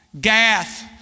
Gath